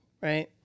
right